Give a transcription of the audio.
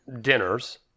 dinners